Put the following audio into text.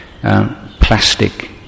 plastic